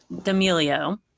D'Amelio